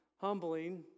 humbling